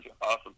Awesome